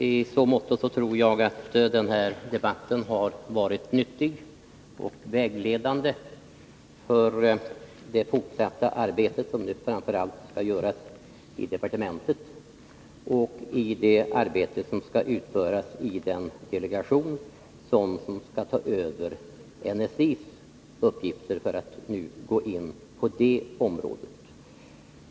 I så måtto tror jag att den här debatten har varit nyttig och vägledande för det fortsatta arbetet, som nu framför allt skall utföras i departementet och i den delegation som skall ta över NSI:s uppgifter — för att nu gå in på det området.